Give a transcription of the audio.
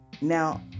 Now